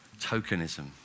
tokenism